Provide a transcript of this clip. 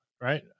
right